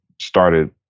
started